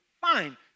Fine